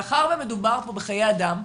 מאחר שמדובר פה בחיי אדם,